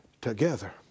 Together